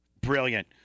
Brilliant